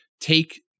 take